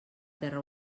terra